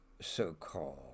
so-called